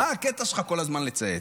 מה הקטע שלך כל הזמן לצייץ?